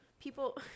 people